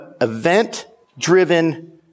event-driven